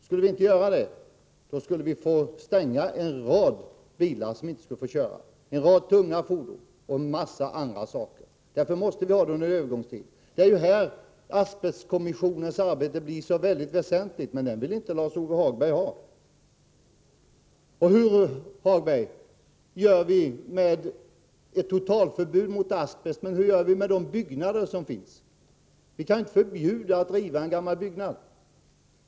Skulle vi inte göra detta, skulle en mängd tunga fordon inte längre få köra. Därför måste vi ha ett övergångsskede. Då blir asbestkommissionens arbete mycket väsentligt, men den kommissionen vill Lars-Ove Hagberg inte ha. Hur gör vi, Lars-Ove Hagberg, vid ett totaltförbud mot asbest med de byggnader som finns? Vi kan inte förbjuda rivning av en gammal byggnad.